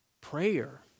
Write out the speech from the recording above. prayer